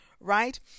right